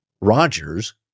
Rodgers